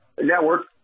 network